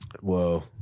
Whoa